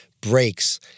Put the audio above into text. breaks